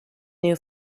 new